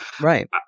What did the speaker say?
Right